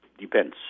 depends